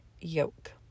yolk